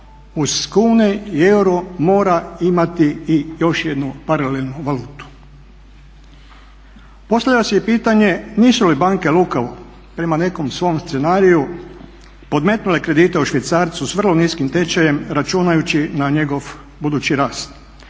uz kune i euro mora imati i još jednu paralelnu valutu. Postavlja se pitanje nisu li banke lukavo prema nekom svom scenariju podmetnule kredite u švicarcu s vrlo niskim tečajem, računajući na njegov budući rast.